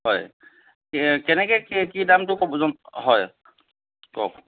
হয় কেনেকৈ কি দামটো হয় কওক